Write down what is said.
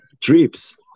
trips